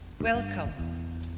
welcome